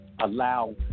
allow